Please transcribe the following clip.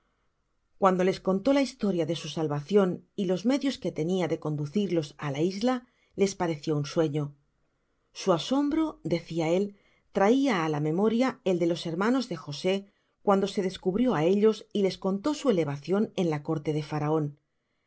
guando les contó la historia de su salvacion y los medios que tenia de conducirlos á la isla les pareció un sueño su asombro decia él traia á la memoria el de los hermanos de josé cuando se descubrió á ellos y les contó su elevacion en la corte de faraon